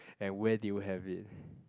and where did you have it